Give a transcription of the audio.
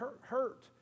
hurt